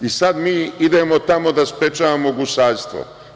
I sad mi idemo tamo da sprečavamo gusarstvo.